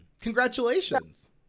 congratulations